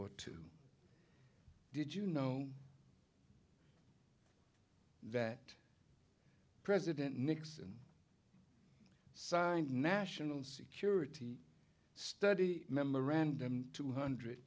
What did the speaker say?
or two did you know that president nixon signed national security study memorandum two hundred